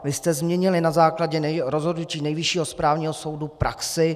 Vy jste změnili na základě rozhodnutí Nejvyššího správního soudu praxi.